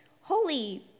holy